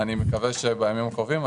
אני מקווה שבימים הקרובים.